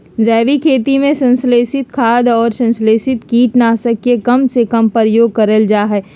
जैविक खेती में संश्लेषित खाद, अउर संस्लेषित कीट नाशक के कम से कम प्रयोग करल जा हई